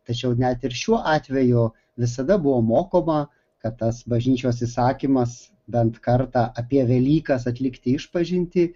tačiau net ir šiuo atveju visada buvo mokoma kad tas bažnyčios įsakymas bent kartą apie velykas atlikti išpažintį